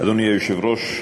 אדוני היושב-ראש,